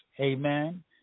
Amen